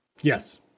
Yes